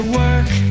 work